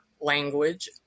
language